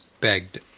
begged